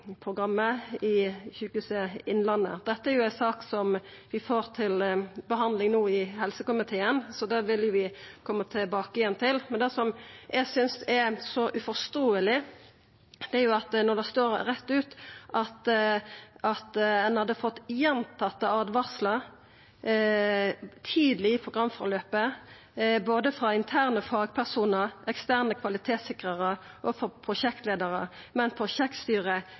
i Sjukehuset Innlandet. Dette er ei sak som vi no får til behandling i helse- og omsorgskomiteen, og som vi vil koma tilbake til. Det eg synest er uforståeleg, er at når det står rett ut at ein hadde fått gjentatte åtvaringar tidleg i programperioden frå både interne fagpersonar, eksterne kvalitetssikrarar og prosjektleiarar, at prosjektstyret